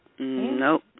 Nope